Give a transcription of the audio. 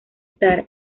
star